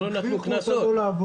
בתקנות האלה הוספנו שלושה